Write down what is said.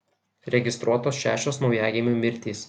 registruotos šešios naujagimių mirtys